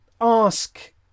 ask